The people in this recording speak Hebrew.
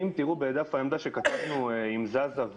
אם תסתכלו על דף העמדה שכתבנו עם "זזה",